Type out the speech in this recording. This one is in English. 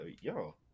yo